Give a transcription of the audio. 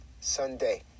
Sunday